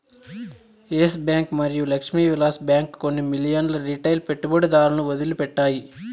yes Bank మరియు Lakshmi Vilas Bank కొన్ని మిలియన్ల రిటైల్ పెట్టుబడిదారులను వదిలిపెట్టాయి